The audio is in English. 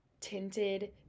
tinted